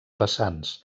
vessants